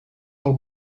del